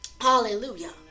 Hallelujah